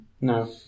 No